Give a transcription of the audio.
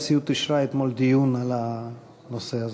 הנשיאות אישרה אתמול דיון על הנושא הזה.